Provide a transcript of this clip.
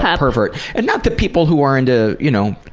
pervert. and not that people who are into, you know,